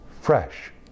fresh